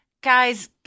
guys –